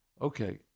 Okay